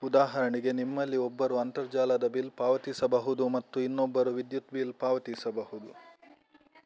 ಉದಾಹರಣೆಗೆ ನಿಮ್ಮಲ್ಲಿ ಒಬ್ಬರು ಅಂತರ್ಜಾಲದ ಬಿಲ್ ಪಾವತಿಸಬಹುದು ಮತ್ತು ಇನ್ನೊಬ್ಬರು ವಿದ್ಯುತ್ ಬಿಲ್ ಪಾವತಿಸಬಹುದು